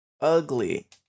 ugly